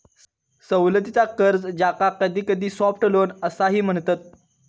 सवलतीचा कर्ज, ज्याका कधीकधी सॉफ्ट लोन असाही म्हणतत